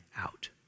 out